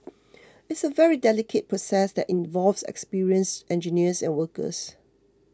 it's a very delicate process that involves experienced engineers and workers